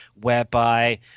whereby